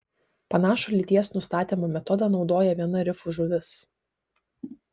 panašų lyties nustatymo metodą naudoja viena rifų žuvis